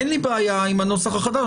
אין לי בעיה עם הנוסח החדש,